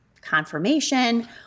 confirmation